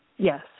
Yes